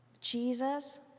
Jesus